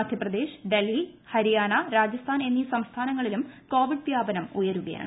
മധ്യപ്രദേശ് ഡൽഹി ഹരിയാന രാജസ്ഥാൻ എന്നീ സംസ്ഥാനങ്ങളിലും കോവിഡ് വ്യാപനം ഉയരുകയാണ്